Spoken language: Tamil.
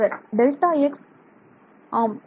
மாணவர் டெல்டா x ஆம்